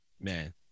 man